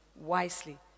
wisely